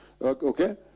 okay